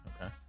Okay